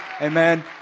Amen